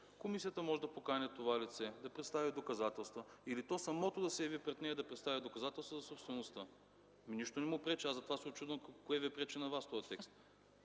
комисията може да покани това лице да представи доказателства или то самото да се яви пред нея и да представи доказателства за собствеността. Ами, нищо не му пречи. Аз затова се учудвам кое Ви пречи на Вас в този текст?!